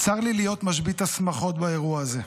צר לי להיות משבית השמחות באירוע הזה.